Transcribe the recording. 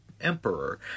emperor